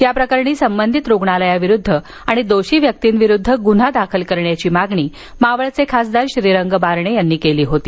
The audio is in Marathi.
या प्रकरणी संबंधित रुग्णालयाविरुद्ध आणि दोषी व्यक्तीविरुद्ध गुन्हा दाखल करण्याची मागणी मावळचे खासदार श्रीरंग बारणे यांनी केली होती